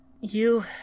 You